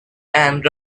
and